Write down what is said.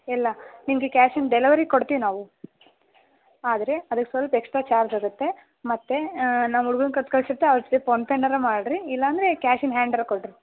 ಇಲ್ಲ ನಿಮಗೆ ಕ್ಯಾಶ್ ಇನ್ನು ಡೆಲವರಿ ಕೊಡ್ತೀವಿ ನಾವು ಆದರೆ ಅದಕ್ಕೆ ಸ್ವಲ್ಪ ಎಕ್ಸ್ಟ್ರಾ ಚಾರ್ಜ್ ಆಗುತ್ತೆ ಮತ್ತೆ ನಮ್ಮ ಹುಡ್ಗನ ಕೊಟ್ಟು ಕಳ್ಸುತ್ತೆ ಅವ್ರ ಜೊತೆ ಫೋನ್ ಪೇನಾದರೂ ಮಾಡಿರಿ ಇಲ್ಲ ಅಂದರೆ ಕ್ಯಾಶ್ ಇನ್ ಹ್ಯಾಂಡ್ ಆದ್ರು ಕೊಡಿರಿ